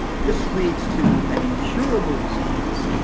this leads to an incurable disease